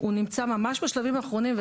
הוא נמצא ממש בשלבים האחרונים,